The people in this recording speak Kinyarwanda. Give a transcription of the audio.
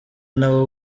nabo